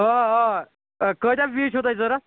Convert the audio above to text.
آ آ کٲتیٛاہ پیٖس چھُ تۄہہِ ضروٗرت